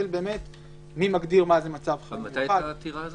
של מי מגדיר מה זה מצב חירום --- מתי הייתה העתירה הזאת?